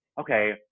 okay